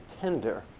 tender